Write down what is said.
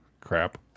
crap